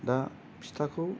दा फिथाखौ